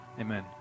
Amen